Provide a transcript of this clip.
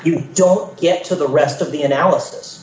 you don't get to the rest of the analysis